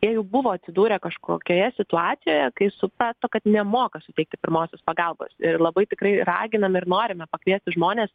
jie jau buvo atsidūrę kažkokioje situacijoje kai suprato kad nemoka suteikti pirmosios pagalbos ir labai tikrai raginam ir norime pakviesti žmones